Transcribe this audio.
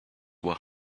were